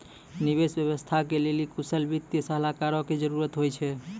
निवेश व्यवस्था के लेली कुशल वित्तीय सलाहकारो के जरुरत होय छै